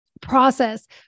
process